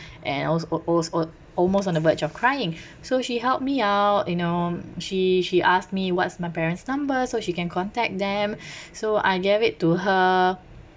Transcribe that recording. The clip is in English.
and I was al~ als~ o~ almost on the verge of crying so she helped me out you know she she asked me what's my parents numbers so she can contact them so I gave it to her